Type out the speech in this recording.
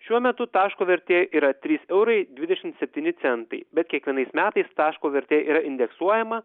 šiuo metu taško vertė yra trys eurai dvidešimt septyni centai bet kiekvienais metais taško vertė yra indeksuojama